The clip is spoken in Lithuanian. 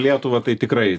lietuvą tai tikrai